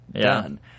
done